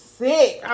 sick